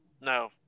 no